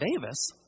Davis